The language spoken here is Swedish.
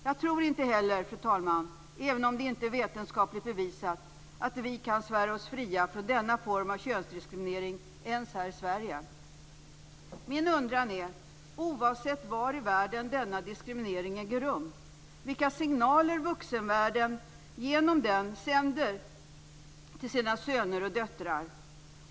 Jag tror inte heller, fru talman, även om det inte är vetenskapligt bevisat, att vi kan svära oss fria från denna form av könsdiskriminering ens här i Min undran är, oavsett var i världen denna diskriminering äger rum, vilka signaler vuxenvärlden genom den sänder till sina söner och döttrar.